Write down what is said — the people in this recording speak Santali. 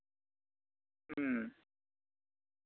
ᱦᱩᱸ